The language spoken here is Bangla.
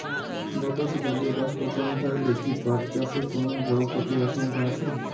বাতাসে জলীয় বাষ্প কম থাকলে কি পাট চাষে কোনো বড় ক্ষতির আশঙ্কা আছে?